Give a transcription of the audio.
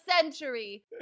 century